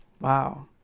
Wow